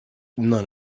none